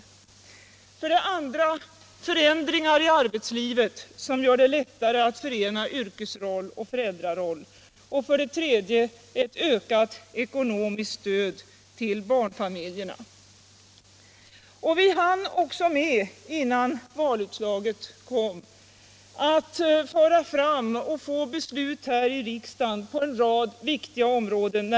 För det andra förändringar i arbetslivet, som gör det lättare att förena yrkesroll och föräldraroll. För det tredje ett ökat ekonomiskt stöd till barnfamiljerna. Vi hann också med — innan valutslaget kom — att lägga fram förslag och få beslut här i riksdagen på en rad viktiga områden.